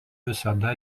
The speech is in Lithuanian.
visada